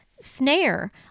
snare